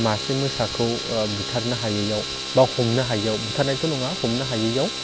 मासे मोसाखौ बुथारनो हायैयाव बा हमनो हायैयाव बुथारनायथ' नङा हमनो हायैयाव